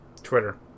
Twitter